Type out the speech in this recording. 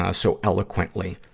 ah so eloquently,